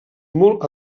molt